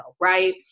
right